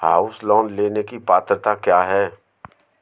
House loan लेने की पात्रता क्या है?